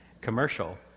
commercial